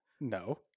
No